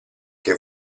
che